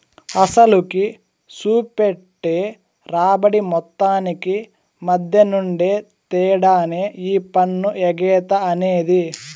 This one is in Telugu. అసలుకి, సూపెట్టే రాబడి మొత్తానికి మద్దెనుండే తేడానే ఈ పన్ను ఎగేత అనేది